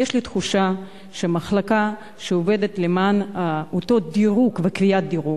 יש לי תחושה שהמחלקה שעובדת למען אותו דירוג וקביעת דירוג,